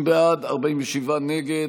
20 בעד, 47 נגד,